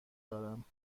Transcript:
دارم